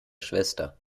schwester